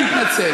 אני אתנצל.